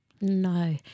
No